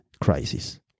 crisis